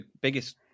biggest